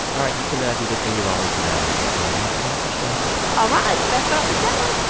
all right. you can do the thing you always do now where you say, let's start the show all right, let's start the show